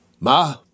Ma